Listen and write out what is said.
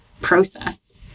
process